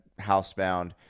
housebound